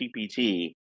GPT